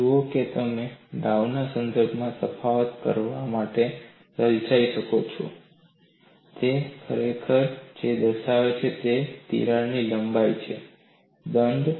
જુઓ કે તમે ડાઉના સંદર્ભમાં તફાવત કરવા માટે લલચાઈ શકો છો તે ખરેખર જે દર્શાવે છે તે તિરાડની લંબાઈ છે દંડ